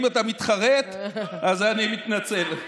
אם אתה מתחרט אז אני מתנצל.